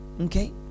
okay